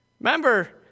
Remember